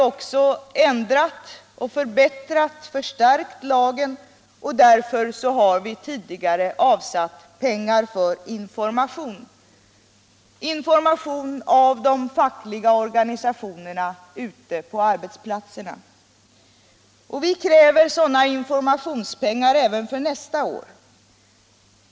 Därför har vi förbättrat och förstärkt lagen och också tidigare avsatt pengar för information om den från de fackliga organisationerna ute på arbetsplatserna. Vi kräver sådana informationspengar även för nästa år.